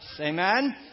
Amen